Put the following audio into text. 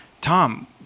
Tom